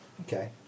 Okay